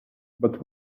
but